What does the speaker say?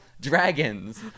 dragons